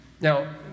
Now